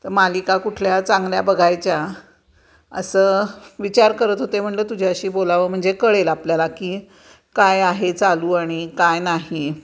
तर मालिका कुठल्या चांगल्या बघायच्या असं विचार करत होते म्हटलं तुझ्याशी बोलावं म्हणजे कळेल आपल्याला की काय आहे चालू आणि आणि काय नाही